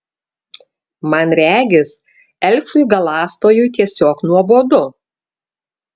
man regis elfui galąstojui tiesiog nuobodu